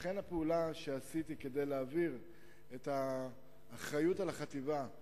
לכן הפעולה שעשיתי כדי להעביר את האחריות על החטיבה,